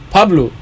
Pablo